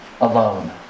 alone